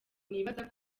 nibaza